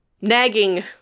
nagging